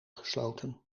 gesloten